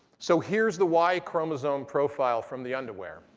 so here's the y chromosome profile from the underwear.